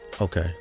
Okay